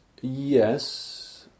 Yes